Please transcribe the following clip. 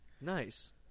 Nice